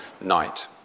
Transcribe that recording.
night